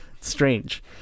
strange